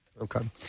Okay